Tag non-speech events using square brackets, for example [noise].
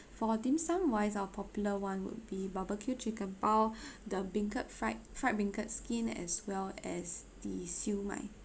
for dim sum wise our popular [one] would be barbecue chicken bao [breath] the beancurd fried fried beancurd skin as well as the siew mai